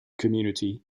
community